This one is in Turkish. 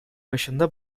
başında